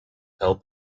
held